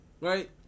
right